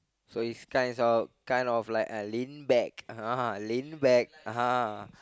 so it's kinds of kind of like a lean back ah !huh! lean back ah !huh!